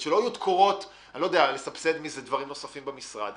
שלא יהיו תקורות כדי לסבסד מזה דברים נוספים במשרד.